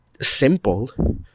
simple